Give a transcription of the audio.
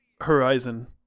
Horizon